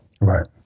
Right